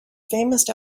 famous